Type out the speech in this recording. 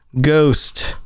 Ghost